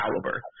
caliber